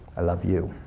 i love you.